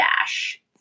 dash